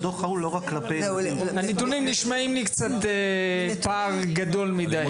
הנתונים נשמעים לי קצת פער גדול מידי.